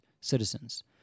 citizens